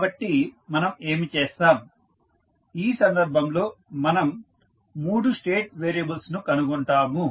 కాబట్టి మనం ఏమి చేస్తాం ఈ సందర్భంలో మనం 3 స్టేట్ వేరియబుల్స్ ను కనుగొంటాము